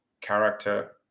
character